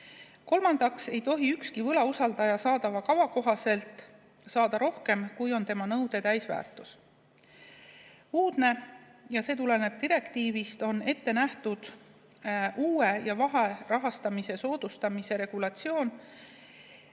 Kolmandaks ei tohi ükski võlausaldaja saadava kava kohaselt saada rohkem, kui on tema nõude täisväärtus. Uudne – ja see tuleneb direktiivist – on ette nähtud uue ja vaherahastamise soodustamise regulatsioon.